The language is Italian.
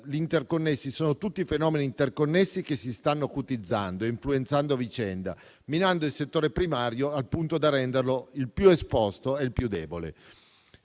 sono tutti fenomeni interconnessi che si stanno acutizzando e influenzando a vicenda, minando il settore primario al punto da renderlo il più esposto e il più debole.